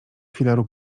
filaru